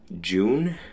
June